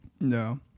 No